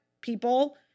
people